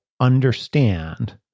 understand